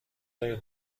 دارید